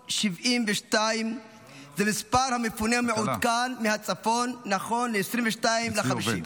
60,372. זה מספר המפונים המעודכן מהצפון נכון ל-22 במאי,